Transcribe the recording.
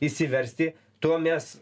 išsiversti tuo mes